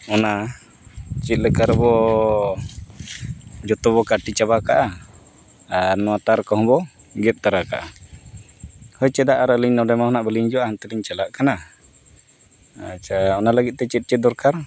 ᱚᱱᱟ ᱪᱮᱫ ᱞᱮᱠᱟ ᱨᱮᱵᱚ ᱡᱚᱛᱚᱵᱚ ᱠᱟᱹᱴᱤ ᱪᱟᱵᱟ ᱠᱟᱜᱼᱟ ᱟᱨ ᱱᱚᱣᱟ ᱛᱟᱨ ᱠᱚᱦᱚᱸ ᱵᱚᱱ ᱜᱮᱛ ᱛᱟᱨᱟ ᱠᱟᱜᱼᱟ ᱦᱳᱭ ᱪᱮᱫᱟᱜ ᱟᱨ ᱟᱹᱞᱤᱧ ᱱᱚᱰᱮ ᱢᱟ ᱦᱟᱸᱜ ᱵᱟᱹᱞᱤᱧ ᱦᱤᱡᱩᱜᱼᱟ ᱦᱟᱱᱛᱮ ᱞᱤᱧ ᱪᱟᱞᱟᱜ ᱠᱟᱱᱟ ᱟᱪᱪᱷᱟ ᱚᱱᱟ ᱞᱟᱹᱜᱤᱫ ᱛᱮ ᱪᱮᱫ ᱪᱮᱫ ᱫᱚᱨᱠᱟᱨ